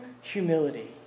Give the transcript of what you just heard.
humility